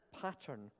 pattern